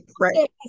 right